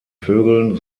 vögeln